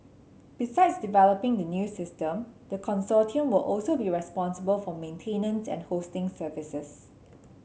besides developing the new system the consortium will also be responsible for maintenance and hosting services